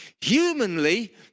humanly